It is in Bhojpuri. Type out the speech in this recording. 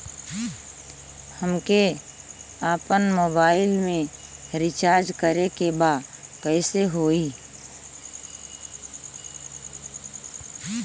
हमके आपन मोबाइल मे रिचार्ज करे के बा कैसे होई?